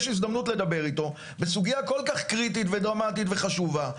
יש הזדמנות לדבר איתו בסוגיה כל- כך קריטית ודרמטית וחשובה,